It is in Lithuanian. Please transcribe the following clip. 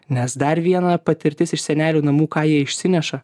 nes dar viena patirtis iš senelių namų ką jie išsineša